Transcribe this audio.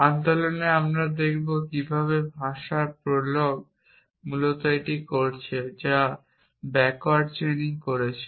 আন্দোলনে আমরা দেখব কীভাবে ভাষা প্রলোগ মূলত এটি করছে যা এটি ব্যাকওয়ার্ড চেইনিং করছে